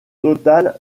total